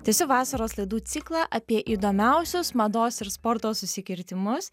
tęsiu vasaros laidų ciklą apie įdomiausius mados ir sporto susikirtimus